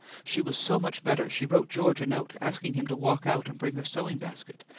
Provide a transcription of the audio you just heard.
she was so much better she wrote george a note, asking him to walk out and bring her sewing basket,